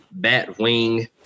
Batwing